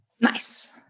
Nice